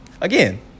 again